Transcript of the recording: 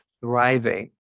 thriving